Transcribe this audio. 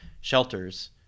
shelters